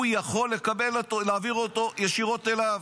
הוא יכול להעביר אותו ישירות אליו.